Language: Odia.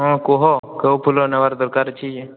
ହଁ କୁହ କେଉଁ ଫୁଲ ନେବାର ଦରକାର ଅଛି